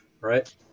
right